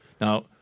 Now